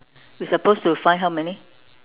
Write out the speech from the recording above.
we supposed to find how many